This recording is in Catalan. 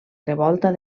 revolta